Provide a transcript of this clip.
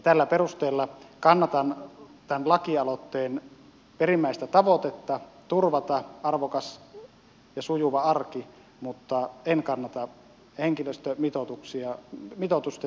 tällä perusteella kannatan tämän lakialoitteen perimmäistä tavoitetta turvata arvokas ja sujuva arki mutta en kannata henkilöstömitoitusten viemistä lakiin